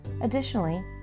Additionally